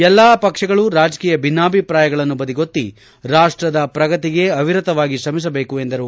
ಎಲ್ಲಾ ಪಕ್ಷಗಳು ರಾಜಕೀಯ ಭಿನ್ನಾಭಿಪ್ರಾಯವನ್ನು ಬದಿಗೊತ್ತಿ ರಾಷ್ಷದ ಪ್ರಗತಿಗೆ ಅವಿರತವಾಗಿ ಶ್ರಮಿಸಬೇಕು ಎಂದರು